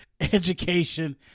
education